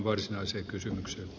arvoisa puhemies